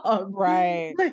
right